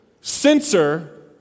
censor